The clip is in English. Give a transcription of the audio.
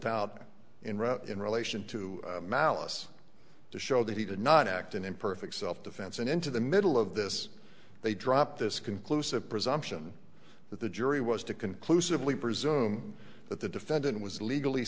russia in relation to malice to show that he did not act in imperfect self defense and into the middle of this they drop this conclusive presumption that the jury was to conclusively presume that the defendant was legally